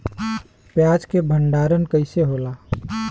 प्याज के भंडारन कइसे होला?